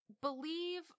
believe